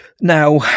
Now